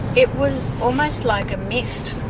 it was almost like a mist,